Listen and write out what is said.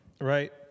right